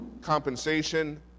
compensation